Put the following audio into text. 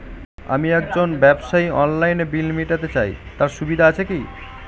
আমি একজন ব্যবসায়ী অনলাইনে বিল মিটাতে চাই তার সুবিধা আছে কি?